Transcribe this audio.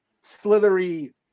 slithery